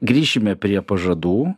grįšime prie pažadų